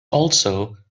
also